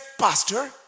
Pastor